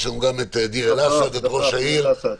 יש לנו גם את ראש העיר דיר אל אסד.